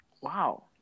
wow